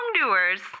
wrongdoers